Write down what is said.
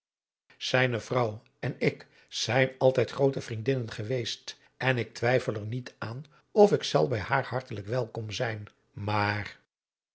zijne vrouw en ik zijn altijd groote vriendinnen geweest en ik twijfel er niet aan of ik zal bij haar hartelijk welkom zijn maar